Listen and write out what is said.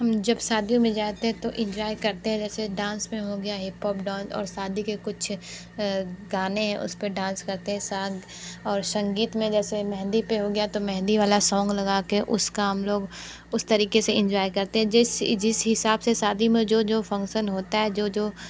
हम जब शादियों में जाते हैं तो इंजॉय करते ऐसे डांस में हो गया हिप हॉप डांस और शादी के कुछ गाने हैं उस पर डांस करते हैं सॉन्ग और संगीत में जैसे मेहंदी पर हो गया तो मेहंदी वाला सॉन्ग लगा कर उसका हम लोग उस तरीके से इंजॉय करते हैं जिस जिस हिसाब से शादी में जो जो फंक्शन होता है जो जो